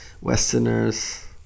Westerners